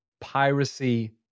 piracy